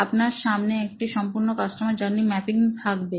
আপনার সামনে একটা সম্পূর্ণ কাস্টমার জার্নি ম্যাপিং থাকবে